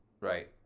right